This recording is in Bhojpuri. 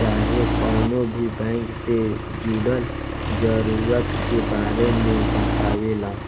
चाहे कवनो भी बैंक से जुड़ल जरूरत के बारे मे बतावेलन